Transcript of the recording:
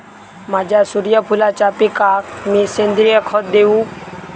माझ्या सूर्यफुलाच्या पिकाक मी सेंद्रिय खत देवू?